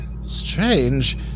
strange